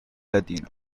latino